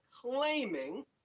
claiming